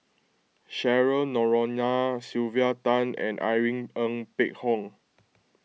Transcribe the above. Cheryl Noronha Sylvia Tan and Irene Ng Phek Hoong